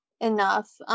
enough